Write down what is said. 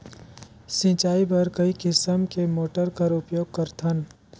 सिंचाई बर कई किसम के मोटर कर उपयोग करथन?